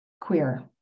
Queer